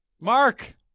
Mark